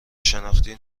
شناختی